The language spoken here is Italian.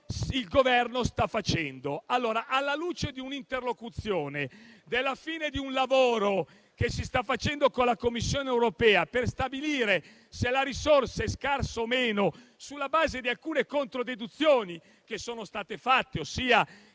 il Governo sta facendo). Allora, alla luce di un'interlocuzione e della fine di un lavoro che si sta facendo con la Commissione europea per stabilire se la risorsa è scarsa o meno sulla base di alcune controdeduzioni che sono state fatte, ossia